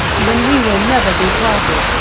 then we will never be parted,